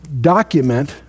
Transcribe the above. document